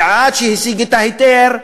ועד שהשיג את ההיתר,